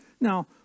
Now